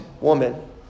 woman